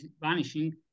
vanishing